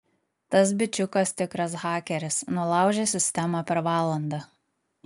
tas bičiukas tikras hakeris nulaužė sistemą per valandą